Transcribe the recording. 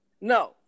No